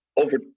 over